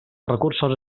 recursos